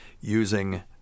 using